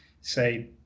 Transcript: say